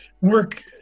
work